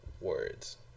words